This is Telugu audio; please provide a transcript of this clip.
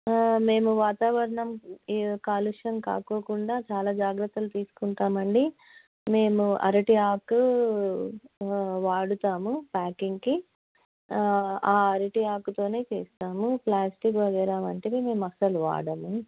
మేము వాతావరణం కాలుష్యం కాకుండా చాలా జాగ్రత్తలు తీసుకుంటామండి మేము అరటి ఆకు వాడుతాము ప్యాకింగ్కి ఆ అరటి ఆకుతోనే చేస్తాము ప్లాస్టిక్ వగైరా వంటివి మేము అస్సలు వాడము